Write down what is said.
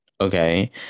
Okay